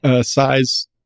size